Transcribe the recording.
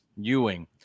Ewing